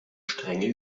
strenge